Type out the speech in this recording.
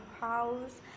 house